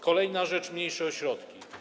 Kolejna rzecz, mniejsze ośrodki.